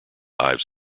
ives